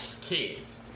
kids